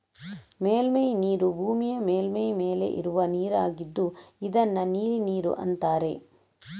ಮೇಲ್ಮೈ ನೀರು ಭೂಮಿಯ ಮೇಲ್ಮೈ ಮೇಲೆ ಇರುವ ನೀರಾಗಿದ್ದು ಇದನ್ನ ನೀಲಿ ನೀರು ಅಂತಾರೆ